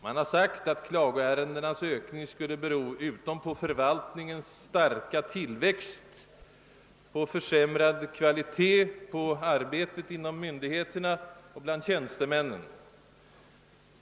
Man har sagt att klagoärendenas ökning skulle bero utom på förvaltningens starka tillväxt på försämrad kvalitet på arbetet inom myndigheterna och bland tjänstemännen.